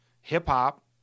hip-hop